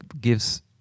gives